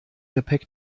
gepäck